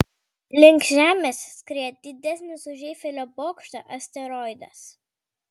link žemės skrieja didesnis už eifelio bokštą asteroidas